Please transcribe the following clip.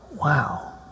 Wow